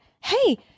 Hey